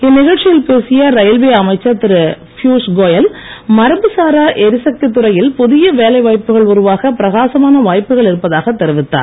இந்நிழ்ச்சியில் பேசிய ரயில்வே அமைச்சர் திரு பியூஸ்கோயல் மரபுசாரா எரிசக்தி துறையில் புதிய வேலை வாய்ப்புகள் உருவாக பிரகாசமான வாய்ப்புகள் இருப்பதாக தெரிவித்தார்